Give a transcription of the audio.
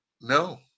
No